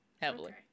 heavily